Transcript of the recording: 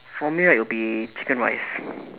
for me right it'll be chicken rice